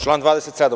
Član 27.